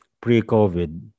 pre-COVID